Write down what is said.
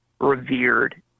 revered